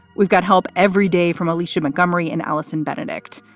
we've got help everyday from alicia montgomery and allison benedikt.